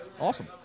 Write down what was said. awesome